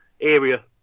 area